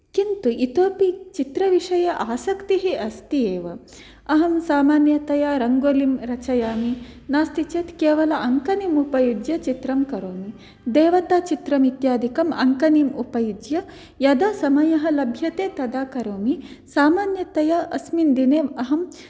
किन्तु इतोऽपि चित्रविषये आसक्तिः अस्ति एव अहं सामान्यतया रङ्गोलीं रचयामि नास्ति चेत् केवलम् अङ्कणीम् उपयुज्य चित्रं करोमि देवता चित्रम् इत्यादिकम् अङ्कणीम् उपयुज्य यदा समयः लभ्यते तदा करोमि सामान्यतया अस्मिन् दिने अहं